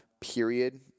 period